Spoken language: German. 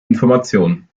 information